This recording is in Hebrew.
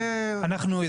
אנחנו,